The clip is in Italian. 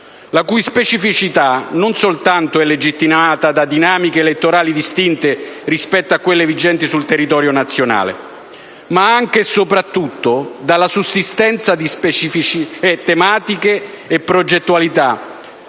La sua specificità non soltanto è legittimata da dinamiche elettorali distinte rispetto a quelle vigenti sul territorio nazionale, ma soprattutto dalla sussistenza di specifiche tematiche e progettualità